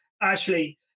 Ashley